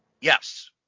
Yes